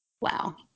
Wow